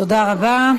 תודה רבה.